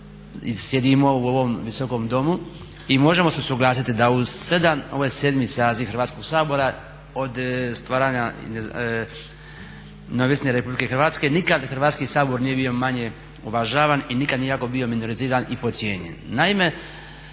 sjedimo u ovom Visokom domu i možemo se usuglasiti da u 7 ovo je 7.saziv Hrvatskog sabora od stvaranje neovisne RH nikad Hrvatski sabor nije bio manje uvažavan i nikada nije bio ovako minoriziran i podcijenjen.